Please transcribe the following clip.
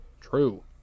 True